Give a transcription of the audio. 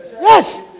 Yes